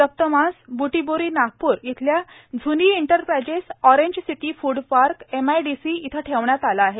जप्त मास ब्टीबोरी नागपूर इथल्या झ्नी enterprises orange city food park MIDC येथे ठेवण्यात आले आहे